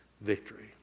victory